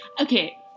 Okay